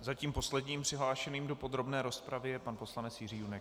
Zatím posledním přihlášeným do podrobné rozpravy je pan poslanec Jiří Junek.